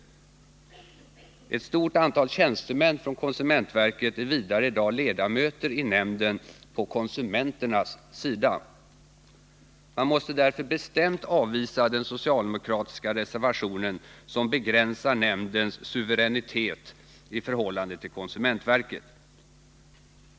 Vidare är i dag ett stort antal tjänstemän från konsumentverket ledamöter i nämnden på konsumenternas sida. Man måste därför bestämt avvisa den socialdemokratiska reservationen, som syftar till att begränsa nämndens suveränitet i förhållande till konsumentverket.